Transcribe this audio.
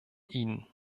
ihnen